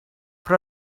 però